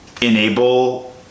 enable